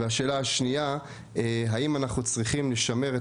והשאלה השנייה האם אנחנו צריכים לשמר את